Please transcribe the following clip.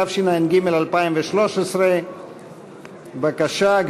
התשע"ג 2013. בבקשה,